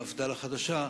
מפד"ל החדשה,